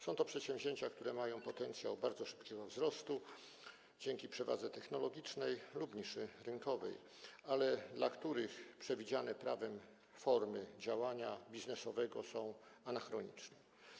Są to przedsięwzięcia, które mają potencjał bardzo szybkiego wzrostu dzięki przewadze technologicznej lub niszy rynkowej, ale w odniesieniu do których przewidziane prawem formy działania biznesowego są anachroniczne.